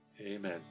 Amen